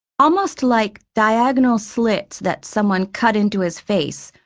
almost like diagonal slits that someone cut into his face,